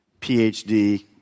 PhD